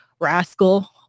Rascal